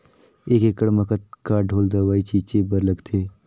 एक एकड़ म कतका ढोल दवई छीचे बर लगथे?